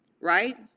right